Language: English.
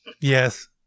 Yes